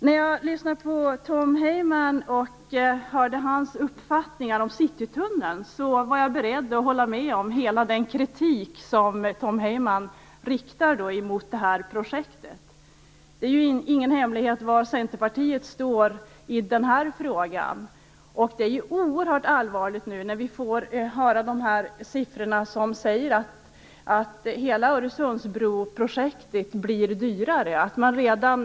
När jag lyssnade på Tom Heymans uppfattningar om Citytunneln var jag beredd att hålla med om den kritik som riktades mot projektet. Det är ingen hemlighet var Centerpartiet står i den frågan. Vi får höra siffror som innebär att hela Öresundsbroprojektet blir dyrare, och det är oerhört allvarligt.